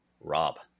Rob